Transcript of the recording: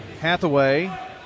Hathaway